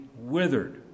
withered